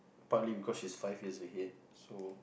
partly because she's five years ahead so